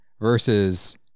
versus